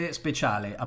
speciale